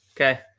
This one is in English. Okay